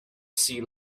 sea